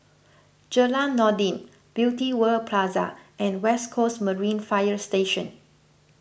Jalan Noordin Beauty World Plaza and West Coast Marine Fire Station